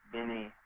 Benny